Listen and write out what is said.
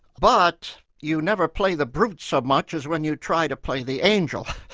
but you never play the brute so much as when you try to play the angel.